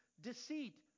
deceit